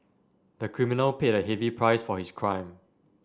the criminal paid a heavy price for his crime